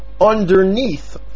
underneath